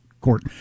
court